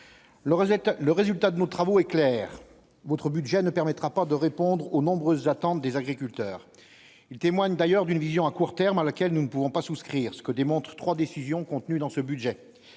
le résultat de nos travaux, votre budget ne permettra pas de répondre aux nombreuses attentes des agriculteurs, il témoigne d'ailleurs d'une vision à court terme, à laquelle nous ne pouvons pas souscrire ce que démontre 3 décisions contenues dans ce budget,